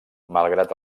malgrat